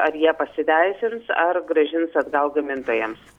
ar jie pasiteisins ar grąžins atgal gamintojams